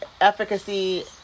efficacy